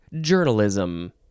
journalism